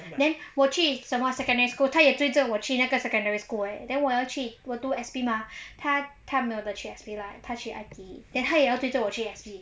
then 我去什么 secondary school 他也追着我去那个 secondary school eh then 我要去我读 S_P mah 他他没有的去 S_P lah 她去 I_T_E then 他也要追着我去 S_P